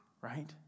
right